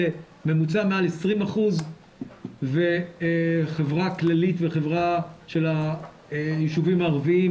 בממוצע למעל 20% והחברה הכללית והחברה של הישובים הערביים,